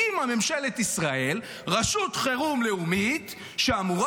הקימה ממשלת ישראל רשות חירום לאומית שאמורה